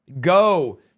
go